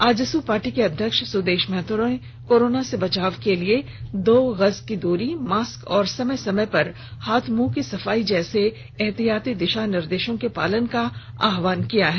AJSU party के अध्यक्ष सुदेश महतो ने कोरोना से बचाव के लिए दो गज की दूरी मास्क और समय समय पर हाथ मुंह की सफाई जैसे एहतियाती दिशा निर्देशों के पालन का आहवान किया है